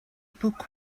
book